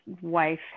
wife